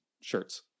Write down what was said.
shirts